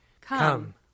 Come